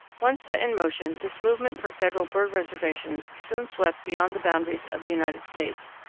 once set in motion, this movement for federal bird reservations soon swept beyond the boundaries of the united states.